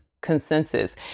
consensus